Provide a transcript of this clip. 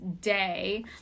day